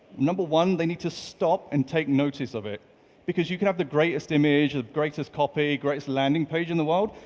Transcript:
number one, they need to stop and take notice of it because you can have the greatest image or the greatest copy, the greatest landing page in the world,